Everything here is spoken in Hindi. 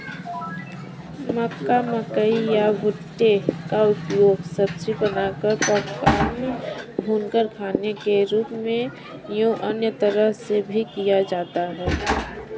मक्का, मकई या भुट्टे का उपयोग सब्जी बनाकर, पॉपकॉर्न, भूनकर खाने के रूप में एवं अन्य तरह से भी किया जाता है